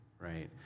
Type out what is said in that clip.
right